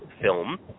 film